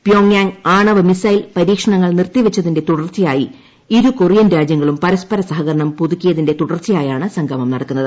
പ്യോഗ്യാങ് ആണവ മിസൈൽ പരീക്ഷണങ്ങൾ നിർത്തിവച്ചതിന്റെ തുടർച്ചയായി ഇരു കൊറിയൻ രാജ്യങ്ങളും പരസ്പര സഹകരണം പുതുക്കിയതിന്റെ തുടർച്ചയായണ് സംഗമം നടക്കുന്നത്